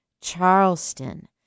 Charleston